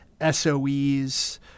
SOEs